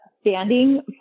standing